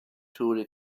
toured